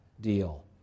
deal